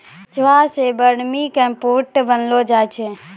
केंचुआ सें vermicompost बनैलो जाय छै